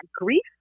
grief